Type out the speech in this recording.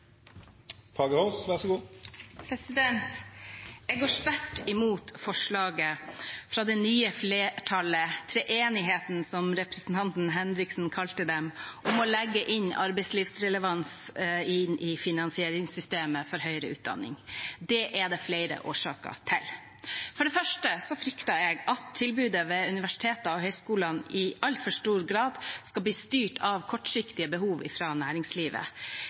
nye flertallet – «treenigheten», som representanten Henriksen kalte dem om å legge arbeidslivsrelevans inn i finansieringssystemet for høyere utdanning. Det er det flere årsaker til: For det første frykter jeg at tilbudet ved universitetene og høyskolene i altfor stor grad skal bli styrt av kortsiktige behov fra næringslivet.